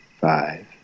five